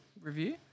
review